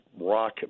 rock